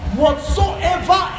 whatsoever